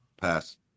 pass